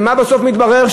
ומה בסוף מתברר?